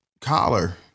collar